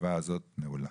הישיבה הזאת נעולה.